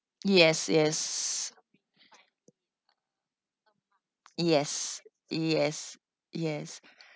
yes yes yes yes yes